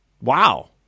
Wow